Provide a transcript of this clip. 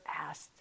asked